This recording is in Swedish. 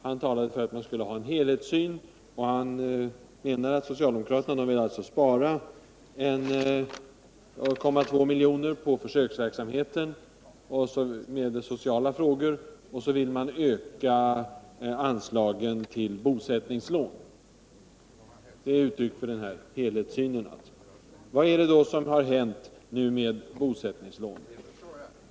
Han talade för en helhetssyn och menade att socialdemokraterna vill spara 1,2 milj.kr. på försöksverksamheten med sociala frågor och öka anslagen till bosättningslån —- detta som ett uttryck för en sådan helhetssyn. Vad är det som har hänt med bosättningslånen?